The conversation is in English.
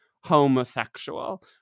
homosexual